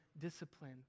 discipline